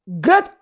Great